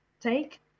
take